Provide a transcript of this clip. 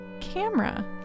camera